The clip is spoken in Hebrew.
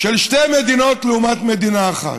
של שתי מדינות לעומת מדינה אחת.